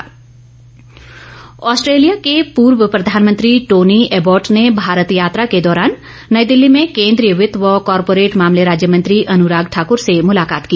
Anurag Australia के पूर्व प्रधानमंत्री टोनी एबॉट ने भारत यात्रा के दौरान नई दिल्ली में केन्द्रीय वित्त व कॉरपोरेट मामले राज्य मंत्री अनुराग ठाकुर से मुलाकात की